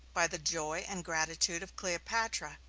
by the joy and gratitude of cleopatra,